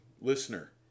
listener